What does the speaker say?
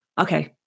okay